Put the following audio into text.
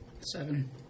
Seven